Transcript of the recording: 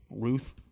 Ruth